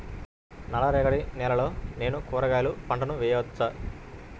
నల్ల రేగడి నేలలో నేను కూరగాయల పంటను వేయచ్చా?